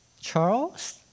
Charles